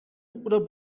oder